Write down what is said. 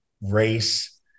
race